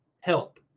help